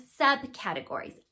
subcategories